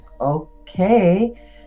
okay